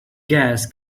gas